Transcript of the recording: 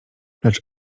lecz